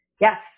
Yes